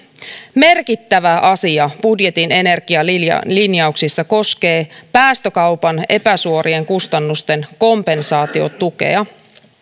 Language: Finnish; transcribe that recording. merkittävä asia budjetin energialinjauksissa koskee päästökaupan epäsuorien kustannusten kompensaatiotukea